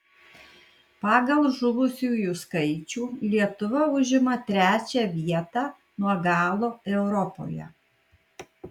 pagal žuvusiųjų skaičių lietuva užima trečią vietą nuo galo europoje